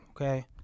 Okay